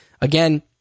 again